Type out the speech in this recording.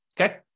okay